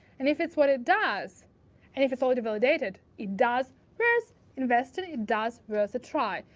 and if it's what it does and if it's already validated, it does worth investing, it it does worth a try.